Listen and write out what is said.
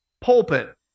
Pulpit